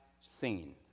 seen